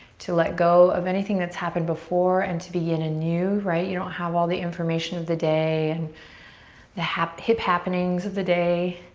to let go of anything that's happened before and to begin anew. you don't have all the information of the day and the hip hip happenings of the day.